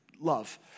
Love